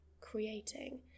creating